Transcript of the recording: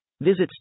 Visit